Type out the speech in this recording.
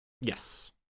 Yes